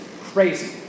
crazy